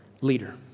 leader